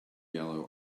yellow